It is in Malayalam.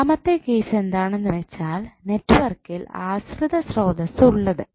രണ്ടാമത്തെ കേസ് എന്താണെന്നുവെച്ചാൽ നെറ്റ്വർക്കിൽ ആശ്രിത സ്രോതസ്സ് ഉള്ളത്